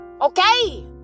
Okay